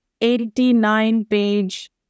89-page